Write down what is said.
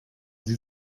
sie